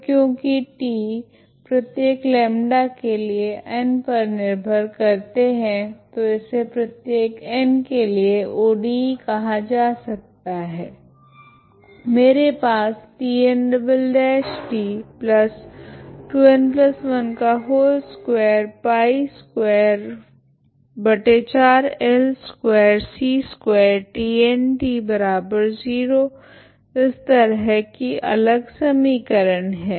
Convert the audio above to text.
तो क्योकि T प्रत्येक λ के लिए n पर निर्भर करते है तो इसे प्रत्येक n के लिए ODE कहा जा सकता है मेरे पास इस तरह की अलग समीकरण है